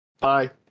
Bye